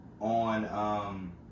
on